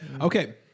okay